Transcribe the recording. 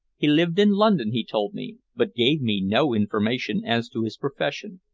he lived in london, he told me, but gave me no information as to his profession.